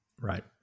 Right